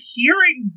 hearing